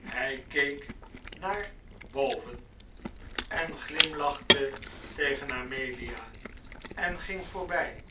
hij keek naar boven en glimlachte tegen amelia en ging voorbij